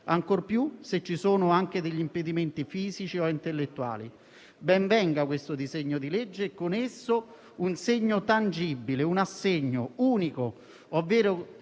ancor più se ci sono anche impedimenti fisici o intellettuali. Ben venga questo disegno di legge e con esso un segno tangibile, un assegno unico,